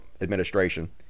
administration